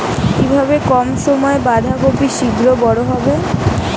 কিভাবে কম সময়ে বাঁধাকপি শিঘ্র বড় হবে?